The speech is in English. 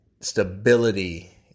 stability